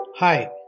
Hi